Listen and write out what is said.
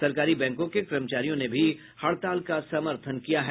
सरकारी बैंकों के कर्मचारियों ने भी हड़ताल का समर्थन किया है